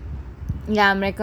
ya I'm recording